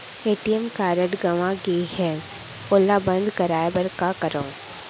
ATM card गंवा गे है ओला बंद कराये बर का करंव?